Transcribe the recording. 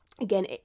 Again